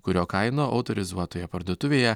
kurio kaina autorizuotoje parduotuvėje